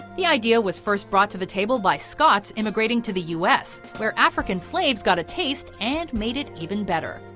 the idea was first brought to the table by scots immigrating to the u s, where african slaves got a taste and made it even better,